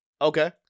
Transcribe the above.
Okay